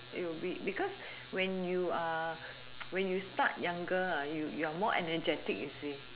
it will be because when you are when you start younger ah you you're more energetic you see